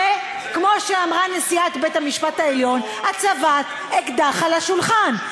זה כמו שאמרה נשיאת בית-המשפט העליון: הצבת אקדח על השולחן.